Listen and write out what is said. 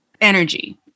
energy